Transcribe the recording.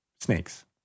snakes